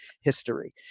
history